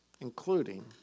including